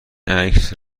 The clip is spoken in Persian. عکس